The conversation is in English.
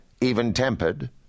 even-tempered